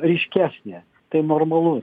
ryškesnė tai normalu